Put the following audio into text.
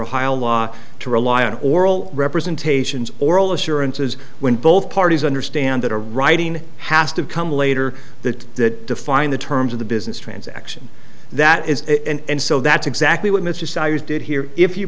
ohio law to rely on oral representations oral assurances when both parties understand that a writing has to come later that that define the terms of the business transaction that is and so that's exactly what mr sires did here if you